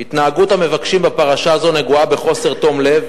"התנהגות המבקשים בפרשה זו נגועה בחוסר תום לב.